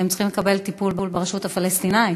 הם צריכים לקבל טיפול ברשות הפלסטינית.